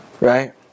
Right